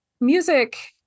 music